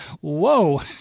whoa